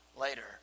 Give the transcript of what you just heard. later